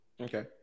Okay